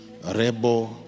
rebo